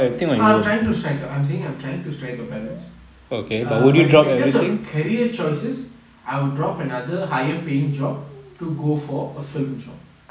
I'm trying to strike a I'm saying I'm trying to strike a balance err but in terms of career choices I would drop another higher paying job to go for a film job